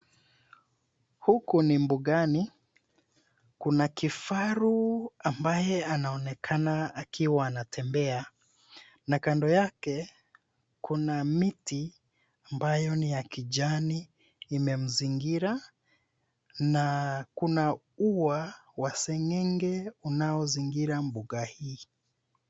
Huku ni mbugani. Kuna kifaru ambaye anaonekana akiwa anatembea na kando yake kuna miti ambayo ni ya kijani, imemzingira na kuna ua wa seng'eng'e unaozingira mbuga hii.